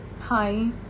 hi